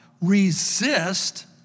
resist